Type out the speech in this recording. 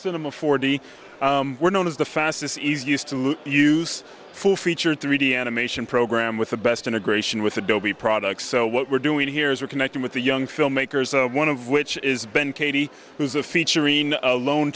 cinema forty were known as the fastest easiest to use full featured three d animation program with the best integration with adobe products so what we're doing here is we're connecting with the young filmmakers of one of which is ben katie who's a featuring alone